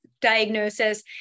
diagnosis